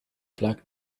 black